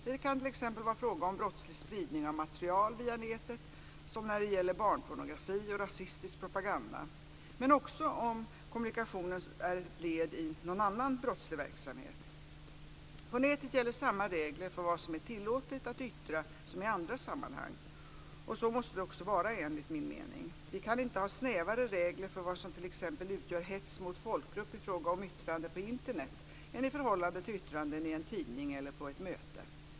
Det kan t.ex. vara fråga om brottslig spridning av material via nätet, såsom när det gäller barnpornografi och rasistisk propaganda, men också om kommunikation som är ett led i någon annan brottslig verksamhet. På nätet gäller samma regler för vad som är tillåtet att yttra som i andra sammanhang. Och så måste det också vara enligt min mening. Vi kan inte ha snävare regler för vad som t.ex. utgör hets mot folkgrupp i fråga om yttranden på Internet än i förhållande till yttranden i en tidning eller på ett möte.